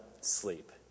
sleep